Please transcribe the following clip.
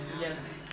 Yes